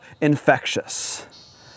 infectious